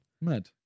Mad